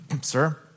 sir